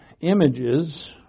images